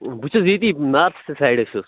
بہٕ چھُس ییٚتی ناتھٕسٕے سایڈس چھُس